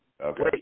Okay